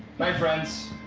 my friends,